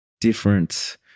different